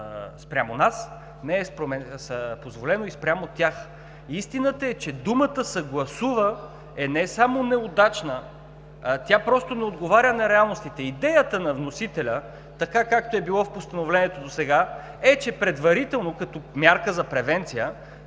спрямо нас, не е позволено и спрямо тях. Истината е, че думата „съгласува“ е не само неудачна, а тя просто не отговаря на реалностите. Идеята на вносителя, така както е било в постановлението досега, е, че предварително, като мярка за превенция,